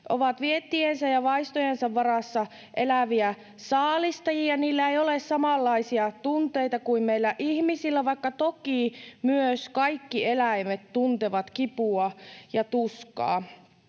ovat viettiensä ja vaistojensa varassa eläviä saalistajia. Niillä ei ole samanlaisia tunteita kuin meillä ihmisillä, vaikka toki myös kaikki eläimet tuntevat kipua ja tuskaa,